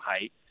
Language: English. height